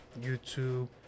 youtube